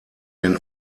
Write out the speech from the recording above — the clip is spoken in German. den